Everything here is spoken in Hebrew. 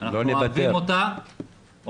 אנחנו אוהבים אותה,